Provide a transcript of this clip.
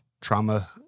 trauma